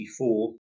1984